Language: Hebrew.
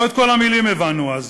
לא את כל המילים הבנו אז,